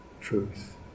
truth